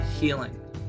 healing